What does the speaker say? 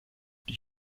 die